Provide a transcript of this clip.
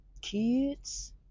kids